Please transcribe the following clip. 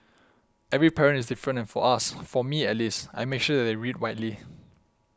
every parent is different and for us for me at least I make sure that they read widely